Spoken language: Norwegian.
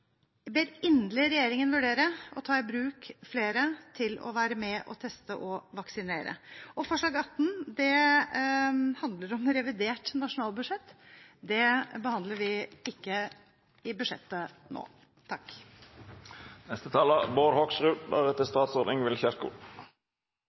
være med å teste og vaksinere. Forslag nr. 18: Det handler om revidert nasjonalbudsjett. Det behandler vi ikke i budsjettet nå. Til foregående taler: